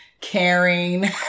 caring